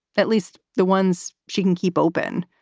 at least the ones she can keep open.